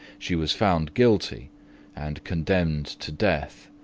she was found guilty and condemned to death